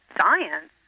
science